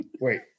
wait